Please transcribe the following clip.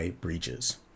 breaches